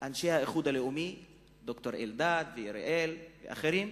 אנשי האיחוד הלאומי, ד"ר אלדד, אורי אריאל ואחרים,